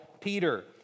Peter